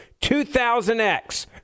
2000X